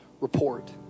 report